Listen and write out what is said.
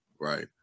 right